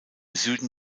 süden